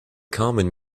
common